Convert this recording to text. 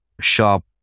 shop